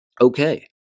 Okay